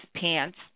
pants